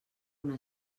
una